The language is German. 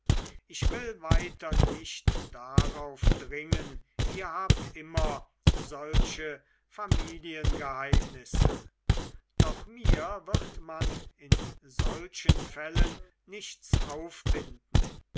ich will weiter nicht darauf dringen ihr habt immer solche familiengeheimnisse doch mir wird man in solchen fällen nichts aufbinden